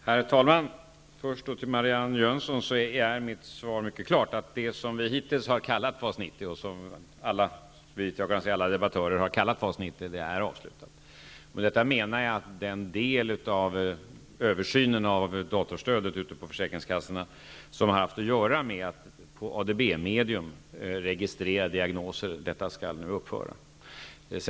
Herr talman! Först vill jag till Marianne Jönsson säga att mitt svar är mycket klart: Det som vi hittills har kallat FAS 90 -- såvitt jag förstår har alla debattörer använt benämningen FAS 90 -- är en avslutad verksamhet. Med detta menar jag att den del av översynen av datorstödet ute på försäkringskassorna, som har haft att göra med att på ett ADB-medium registrera diagnoser, nu skall upphöra.